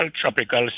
tropical